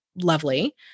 lovely